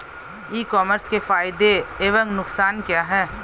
ई commerce के फायदे एवं नुकसान क्या हैं?